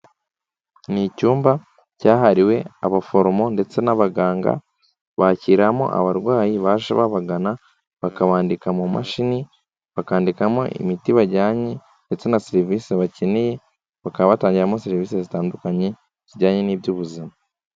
Ni icyumba cyahariwe abaforomo ndetse n'abaganga, bakiriramo abarwayi baje babagana bakabandika mu mashini, bakandikamo imiti bajyanye ndetse na serivisi bakeneye, bakaba batangiramo serivisi zitandukanye zijyanye n'iby'ubuzima.